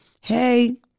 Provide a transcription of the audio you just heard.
hey